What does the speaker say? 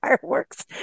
fireworks